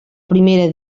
primera